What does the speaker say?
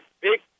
Big